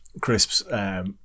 Crisp's